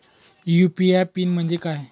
UPI PIN म्हणजे काय?